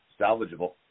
salvageable